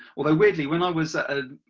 although weirdly when i was at a